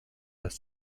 has